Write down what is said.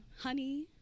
Honey